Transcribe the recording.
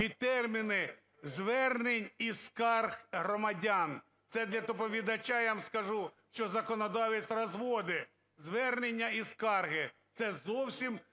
і терміни звернень і скарг громадян. Це для доповідача, я вам скажу, що законодавець розводить звернення і скарги, це зовсім